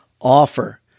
offer